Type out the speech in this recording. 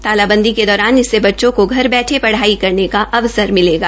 तालाबंदी के दौरान इससे बच्चों को घर बैठे पढ़ाई करने का अवसर मिलेगा